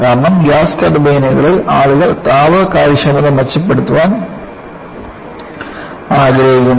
കാരണം ഗ്യാസ് ടർബൈനുകളിൽ ആളുകൾ താപ കാര്യക്ഷമത മെച്ചപ്പെടുത്താൻ ആഗ്രഹിക്കുന്നു